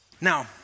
Now